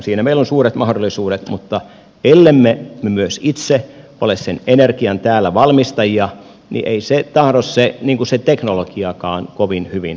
siinä meillä on suuret mahdollisuudet mutta ellemme me itse ole sen energian valmistajia täällä niin ei se teknologiakaan tahdo kovin hyvin edistyä